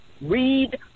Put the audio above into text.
Read